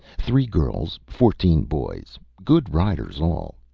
three girls, fourteen boys good riders all.